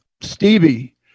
Stevie